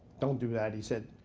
don't do that. he said,